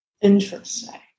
Interesting